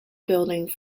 building